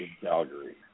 Calgary